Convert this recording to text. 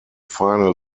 final